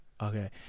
Okay